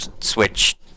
switch